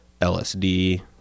lsd